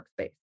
workspace